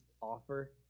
offer